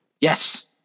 Yes